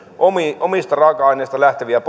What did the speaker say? omista raaka aineista